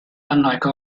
unlike